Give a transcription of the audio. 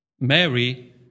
Mary